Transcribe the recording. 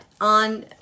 on